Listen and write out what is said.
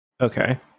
Okay